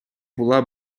була